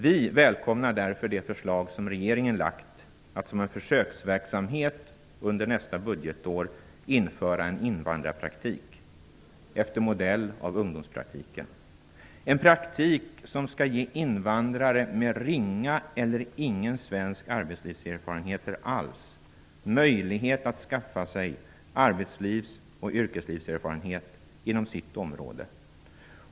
Vi välkomnar därför det förslag som regeringen har lagt att som försökverksamhet under nästa budgetår införa en invandrarpraktik efter modell av ungdomspraktiken. En praktik som skall ge invandrare med ringa eller ingen svensk arbetslivserfarenheter alls möjlighet att skaffa sig arbetslivs och yrkeslivserfarenhet inom sitt område.